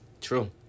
True